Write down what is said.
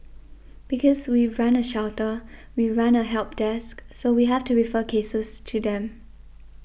because we run a shelter we run a help desk so we have to refer cases to them